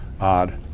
odd